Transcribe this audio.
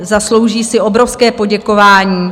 Zaslouží si obrovské poděkování.